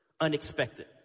unexpected